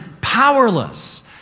powerless